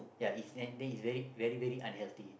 ya if then is very very unhealthy